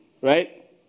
right